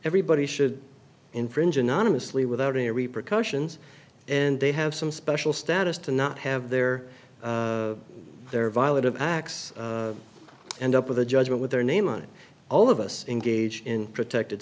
everybody should infringe anonymously without any repercussions and they have some special status to not have their their violent acts end up with a judge with their name on all of us engage in protected